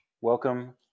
welcome